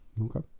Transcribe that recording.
Okay